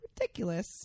ridiculous